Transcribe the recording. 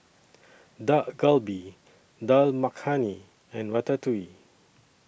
Dak Galbi Dal Makhani and Ratatouille